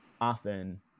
often